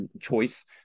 choice